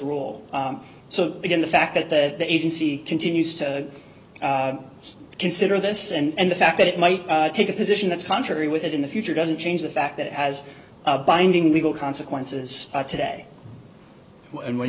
rule so again the fact that the agency continues to consider this and the fact that it might take a position that's contrary with it in the future doesn't change the fact that as a binding legal consequences today and when